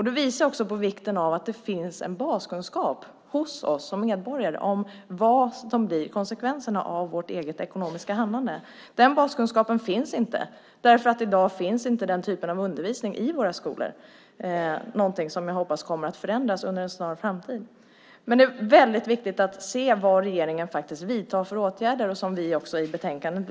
Det visar på vikten av att det finns en baskunskap hos oss som medborgare om vad som blir konsekvenserna av vårt eget ekonomiska handlande. Den baskunskapen finns inte eftersom det i dag inte finns den typen av undervisning i våra skolor. Det är något som jag hoppas kommer att förändras inom en snar framtid. Det är viktigt att se vad regeringen vidtar för åtgärder. Det lyfter vi fram i betänkandet.